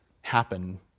happen